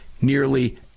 nearly